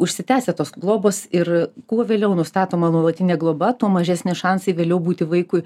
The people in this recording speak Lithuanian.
užsitęsę tos globos ir kuo vėliau nustatoma nuolatinė globa tuo mažesni šansai vėliau būti vaikui